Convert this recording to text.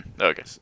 Okay